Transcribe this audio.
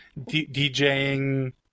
DJing